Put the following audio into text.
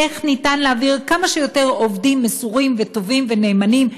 איך ניתן להעביר כמה שיותר עובדים מסורים וטובים ונאמנים,